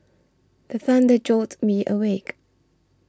the thunder jolt me awake